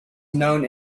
known